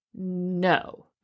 no